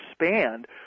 expand